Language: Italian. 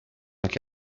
anche